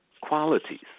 qualities